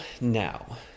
now